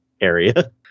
area